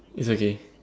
it's okay